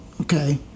okay